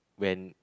when